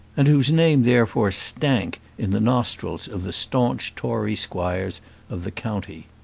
and whose name therefore stank in the nostrils of the staunch tory squires of the county.